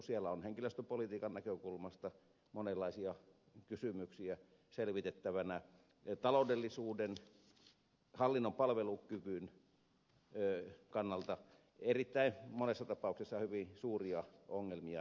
siellä on henkilöstöpolitiikan näkökulmasta monenlaisia kysymyksiä selvitettävänä taloudellisuuden hallinnon palvelukyvyn kannalta erittäin monessa tapauksessa hyvin suuria ongelmia